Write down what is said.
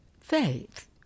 Faith